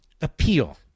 appeal